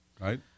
right